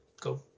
go